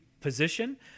position